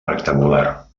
rectangular